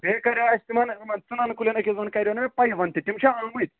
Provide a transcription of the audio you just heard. بیٚیہِ کَریٛاے اَسہِ تِمَن ژٕنن کُلٮ۪ن أکِس دۅن کَریو نا مےٚ پیوَنٛد تِم چھا آمٕتۍ